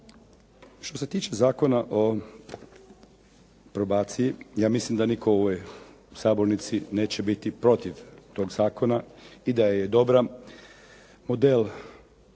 Što se tiče Zakona o probaciji ja mislim da nitko u ovoj sabornici neće biti protiv tog zakona. Ideja je dobra. Model isto